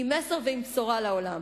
עם מסר ועם בשורה לעולם.